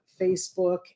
Facebook